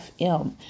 FM